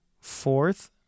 fourth